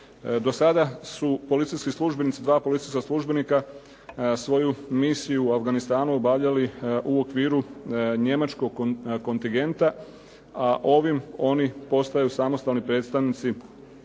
službenici, dva policijska službenika svoju misiju u Afganistanu obavljali u okviru njemačkog kontingenta, a ovim oni postaju samostalni predstavnici